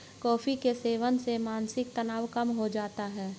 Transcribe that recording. coffee के सेवन से मानसिक तनाव कम हो जाता है